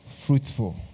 fruitful